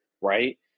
Right